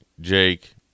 Jake